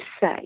say